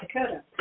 Dakota